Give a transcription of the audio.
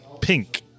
pink